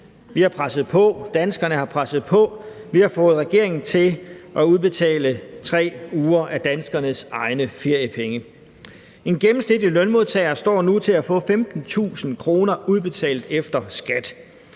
danskerne har presset på. Vi har fået regeringen til at udbetale 3 uger af danskernes egne feriepenge. En gennemsnitlig lønmodtager står nu til at få 15.000 kr. udbetalt efter skat,